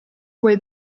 quei